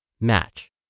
Match